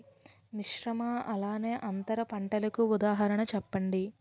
మిశ్రమ అలానే అంతర పంటలకు ఉదాహరణ చెప్పండి?